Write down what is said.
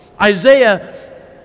Isaiah